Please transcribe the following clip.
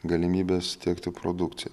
galimybės tiekti produkciją